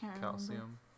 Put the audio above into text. calcium